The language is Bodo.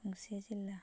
गंसे जिल्ला